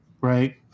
Right